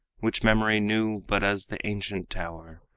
which memory knew but as the ancient tower,